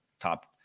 top